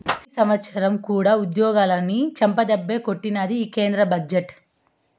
ఈ సంవత్సరం కూడా ఉద్యోగులని చెంపదెబ్బే కొట్టినాది ఈ కేంద్ర బడ్జెట్టు